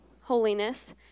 holiness